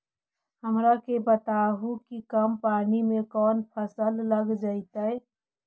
हमरा के बताहु कि कम पानी में कौन फसल लग जैतइ?